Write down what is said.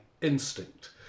instinct